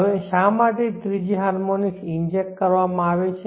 હવે શા માટે ત્રીજી હાર્મોનિક ઇન્જેક્ટ કરવામાં આવે છે